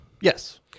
Yes